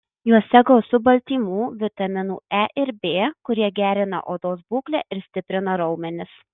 juose gausu baltymų vitaminų e ir b kurie gerina odos būklę ir stiprina raumenis